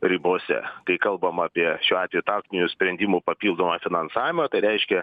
ribose kai kalbama apie šiuo atveju taktinių sprendimų papildomą finansavimą tai reiškia